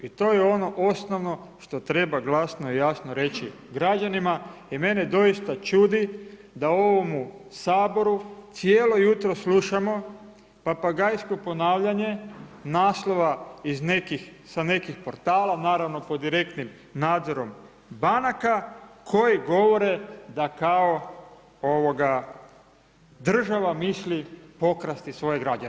I to je ono osnovno što treba glasno i jasno reći građanima i mene doista čudi da u ovomu Saboru cijelo jutro slušamo papagajsko ponavljanje naslova sa nekih portala, naravno pod direktnim nadzorom banaka, koji govore da kao ovoga država misli pokrasti svoje građane.